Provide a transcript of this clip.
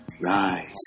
Rise